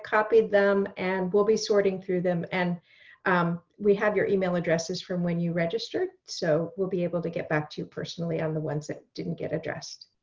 copied them and we'll be sorting through them. and um we have your email addresses from when you registered, so we'll be able to get back personally on the ones that didn't get addressed.